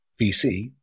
VC